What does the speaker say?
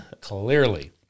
Clearly